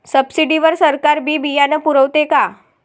Subsidy वर सरकार बी बियानं पुरवते का?